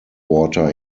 water